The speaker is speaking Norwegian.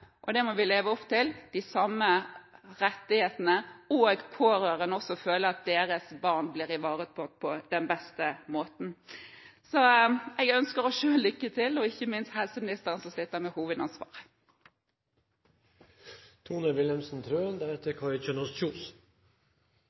og det må vi leve opp til – de samme rettighetene, og pårørende skal føle at deres barn blir ivaretatt på den beste måten. Så jeg ønsker oss – og ikke minst helseministeren, som sitter med